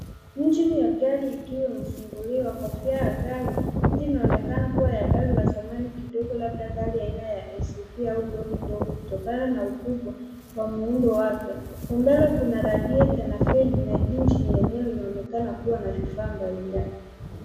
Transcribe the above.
Injini ya gari ikiwa imefunguliwa kofia ya gari. Injini inaonekana kuwa ya gari la zamani kidogo labda gari aina ya s u v au lori ndogo kutokana na ukubwa wa muundo wake. Mbele kuna radio, telefeni na injini yenyewe inaonekana kuwa na vifaa mbalimbali.